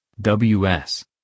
WS